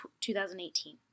2018